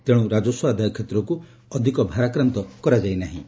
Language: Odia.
ତେଣୁ ରାଜସ୍ୱ ଆଦାୟ କ୍ଷେତ୍ରକୁ ଅଧିକ ଭାରାକ୍ରାନ୍ତ କରାଯାଇ ନାହିଁ